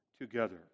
together